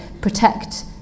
protect